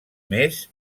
més